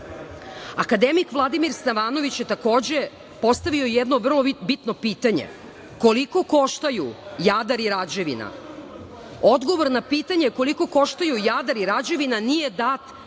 uništeno. Akademik Vladimir Stevanović je takođe postavio jedno vrlo bitno pitanje. Koliko koštaju Jadar i Rađevina? Odgovor na pitanje koliko koštaju Jadar i Rađevina nije dat,